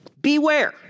beware